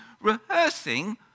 rehearsing